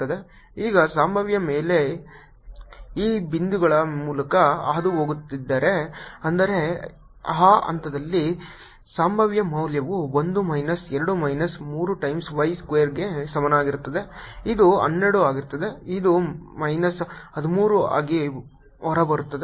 ಈಗ ಸಂಭಾವ್ಯ ಮೇಲ್ಮೈ ಈ 3 ಬಿಂದುಗಳ ಮೂಲಕ ಹಾದುಹೋಗುತ್ತಿದ್ದರೆ ಅಂದರೆ ಆ ಹಂತದಲ್ಲಿ ಸಂಭಾವ್ಯ ಮೌಲ್ಯವು 1 ಮೈನಸ್ 2 ಮೈನಸ್ 3 ಟೈಮ್ಸ್ y ಸ್ಕ್ವೇರ್ಗೆ ಸಮನಾಗಿರುತ್ತದೆ ಅದು 12 ಆಗಿರುತ್ತದೆ ಅದು ಮೈನಸ್ 13 ಆಗಿ ಹೊರಬರುತ್ತದೆ